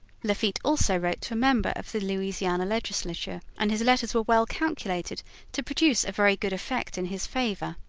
lafitte also wrote to a member of the louisiana legislature, and his letters were well calculated to produce a very good effect in his favor.